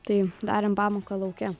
tai darėm pamoką lauke